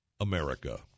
America